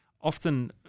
often